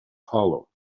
hollow